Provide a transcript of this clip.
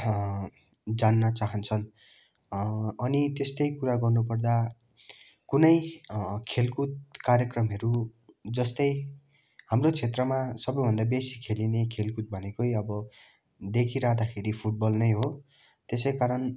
जान्न चाहन्छन् अनि त्यस्तै कुरा गर्नु पर्दा कुनै खेलकुद कार्यक्रमहरू जस्तै हाम्रो क्षेत्रमा सबैभन्दा बेसी खेलिने खेलकुद भनेकै अब देखिरहँदाखेरि फुटबल नै हो त्यसै कारण